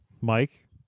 Mike